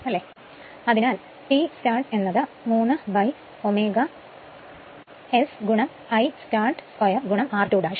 അത്കൊണ്ട് ആണ് T start 3 ആണ്